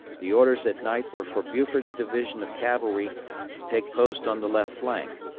the orders at night were for buford's division of cavalry to take post on the left flank,